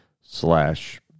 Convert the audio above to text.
slash